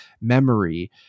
Memory